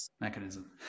mechanism